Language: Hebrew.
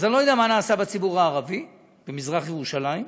אז אני לא יודע מה נעשה בציבור הערבי במזרח ירושלים,